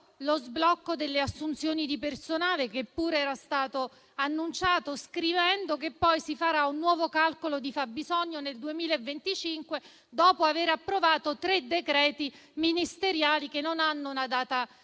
lo sblocco delle assunzioni di personale, che pure era stato annunciato, scrivendo che poi si farà un nuovo calcolo di fabbisogno nel 2025, dopo aver approvato tre decreti ministeriali che non hanno una data